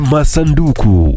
Masanduku